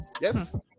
Yes